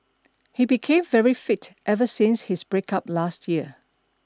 he became very fit ever since his breakup last year